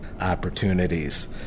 opportunities